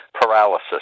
Paralysis